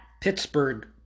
Pittsburgh